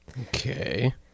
Okay